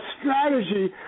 strategy